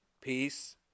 peace